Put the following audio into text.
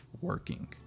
working